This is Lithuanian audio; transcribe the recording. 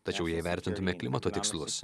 tačiau jei vertintume klimato tikslus